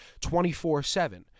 24-7